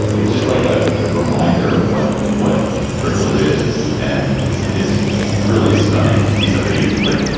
it's just like a reminder of what what privilege is. and it's it's really stunning to see somebody who's just like,